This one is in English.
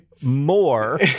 more